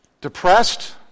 depressed